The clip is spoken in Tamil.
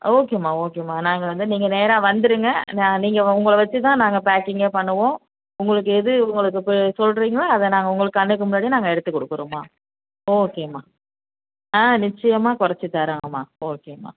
ஓகேம்மா ஓகேம்மா நாங்கள் வந்து நீங்கள் நேராக வந்துருங்க நான் நீங்கள் உங்களை வச்சுதான் நாங்கள் பேக்கிங்கே பண்ணுவோம் உங்களுக்கு எது உங்களுக்கு இப்போ சொல்லுறீங்களோ அதை நாங்கள் உங்களுக்கு கண்ணுக்கு முன்னாடி நாங்கள் எடுத்துக் கொடுக்குறோம்மா ஓகேம்மா ஆ நிச்சயமா குறைச்சி தரோங்கம்மா ஓகேம்மா